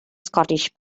scottish